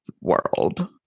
world